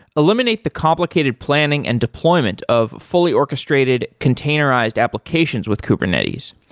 eliminate the complicated planning and deployment of fully orchestrated containerized applications with kubernetes.